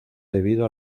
debido